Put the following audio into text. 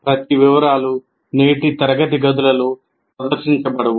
ప్రతి వివరాలు నేటి తరగతి గదులలో ప్రదర్శించబడవు